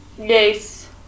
Yes